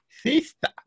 sister